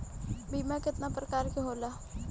बीमा केतना प्रकार के होला?